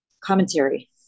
Commentary